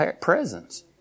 presence